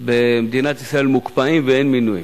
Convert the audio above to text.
במדינת ישראל מוקפאים ואין מינויים.